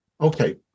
Okay